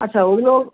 আচ্ছা ওগুলো